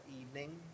evening